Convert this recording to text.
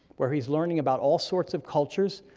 where he's learning about all sorts of cultures,